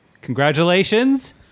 congratulations